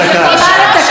אם הם עיוותו,